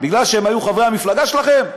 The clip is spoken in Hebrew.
כי הם היו חברי המפלגה שלכם?